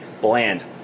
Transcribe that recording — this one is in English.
bland